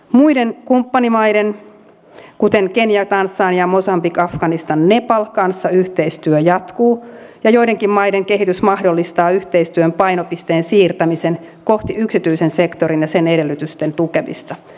muiden kumppanimaiden kuten kenia tansania mosambik afganistan nepal kanssa yhteistyö jatkuu ja joidenkin maiden kehitys mahdollistaa yhteistyön painopisteen siirtämisen kohti yksityisen sektorin ja sen edellytysten tukemista